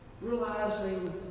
realizing